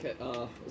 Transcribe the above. okay